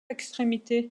extrémité